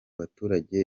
baturage